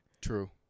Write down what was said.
True